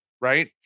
right